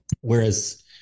whereas